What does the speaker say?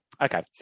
Okay